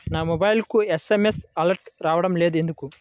నా మొబైల్కు SMS alerts రావడం లేదు ఎందుకు?